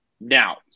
Now